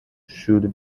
should